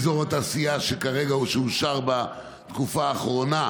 אזור התעשייה שאושר בתקופה האחרונה,